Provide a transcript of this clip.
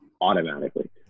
Automatically